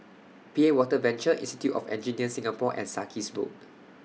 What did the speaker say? P A Water Venture Institute of Engineers Singapore and Sarkies Road